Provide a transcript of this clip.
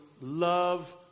love